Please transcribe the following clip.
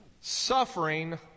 suffering